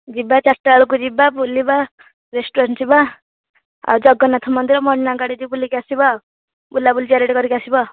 ଯିବା ଚାରିଟା ବେଳକୁ ଯିବା ବୁଲିବା ରେଷ୍ଟୁରାଣ୍ଟ ଯିବା ଆଉ ଜଗନ୍ନାଥ ମନ୍ଦିର ମଣିନାଗ ଆଡ଼େ ଟିକେ ବୁଲିକି ଆସିବା ଆଉ ବୁଲାବୁଲି ଚାରିଆଡ଼େ କରିକି ଆସିବା